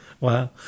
Wow